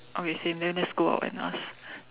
okay same then let's go out and ask